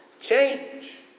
change